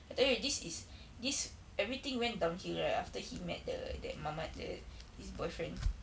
I tell you this is this everything went downhill right after he met the that mamat the his boyfriend